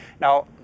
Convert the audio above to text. Now